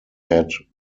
had